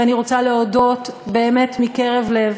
ואני רוצה להודות באמת מקרב לב